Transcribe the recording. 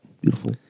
beautiful